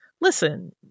Listen